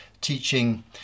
teaching